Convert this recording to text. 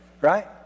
right